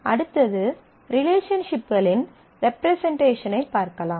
அடுத்தது ரிலேஷன்ஷிப்களின் ரெப்ரசன்ட்டேஷனைப் பார்க்கலாம்